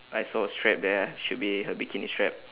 I saw a strap there should be her bikini strap